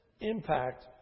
impact